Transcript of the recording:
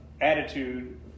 attitude